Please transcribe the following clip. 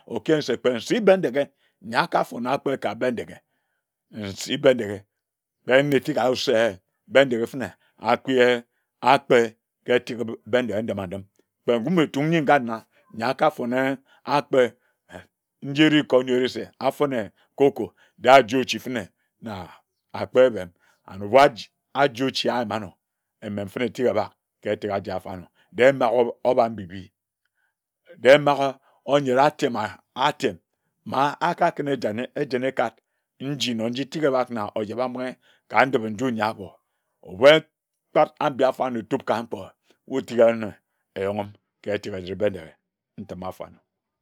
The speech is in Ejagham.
Okiyin se kpe nsi Bendeghe nyi akafon akpe ka Bendeghe nsi Bendeghe kpe nefin ayuk se Bendeghe fene akiye akpe ka eteke Bendeghe ndima ndim kpe ngum etum nyi ngana nyio akafone akpe nyere kor nyere se aah afone cocoa je ajio ochi fene na kpe bem and ebua aji aji ochi ayima anor emefiri tik eba ka eteke aji afarno den magor obanbibi de emageonyera atamaah atem ma akakune ejane ejene ekad nji na tik ebak na ojebambinghe ka ndipe-nju nyi abor wud tik eyine eyogim ka eteke ejid Bendeghe ntima afono